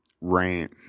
rant